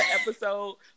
episode